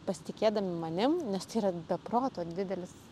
pasitikėdami manim nes tai yra be proto didelis